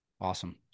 awesome